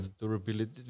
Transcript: durability